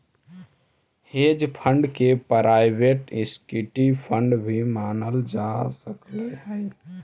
hedge fund के private equity fund भी मानल जा सकऽ हई